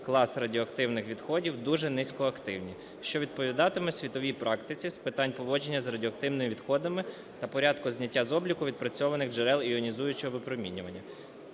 клас радіоактивних відходів "дуже низькоактивні", що відповідатиме світовій практиці з питань поводження з радіоактивними відходами та порядку зняття з обліку відпрацьованих джерел іонізуючого випромінювання.